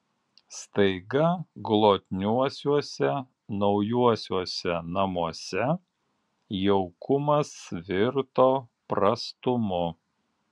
staiga glotniuosiuose naujuosiuose namuose jaukumas virto prastumu